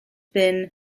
been